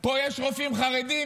פה יש רופאים חרדים?